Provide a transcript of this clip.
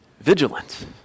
Vigilant